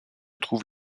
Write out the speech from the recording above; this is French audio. trouve